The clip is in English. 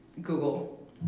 Google